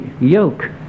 yoke